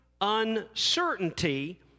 uncertainty